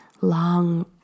long